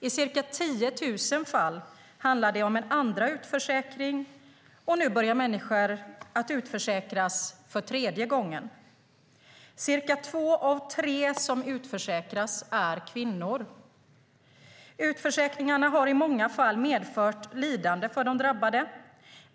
I ca 10 000 fall handlar det om en andra utförsäkring, och nu börjar människor utförsäkras för tredje gången. Cirka två av tre som utförsäkras är kvinnor. Utförsäkringarna har i många fall medfört lidande för de drabbade.